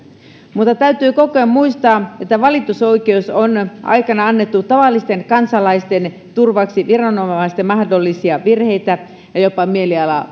mutta täytyy koko ajan muistaa että valitusoikeus on aikanaan annettu tavallisten kansalaisten turvaksi viranomaisten mahdollisia virheitä ja jopa mielivaltaa